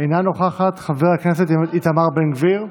אינה נוכחת, חבר הכנסת איתמר בן גביר,